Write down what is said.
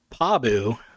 Pabu